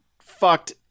fucked